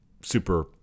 super